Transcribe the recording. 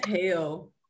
hell